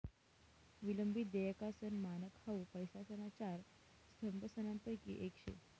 विलंबित देयकासनं मानक हाउ पैसासना चार स्तंभसनापैकी येक शे